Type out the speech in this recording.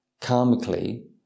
karmically